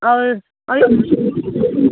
ಅದು